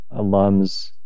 alums